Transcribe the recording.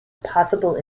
possible